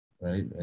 right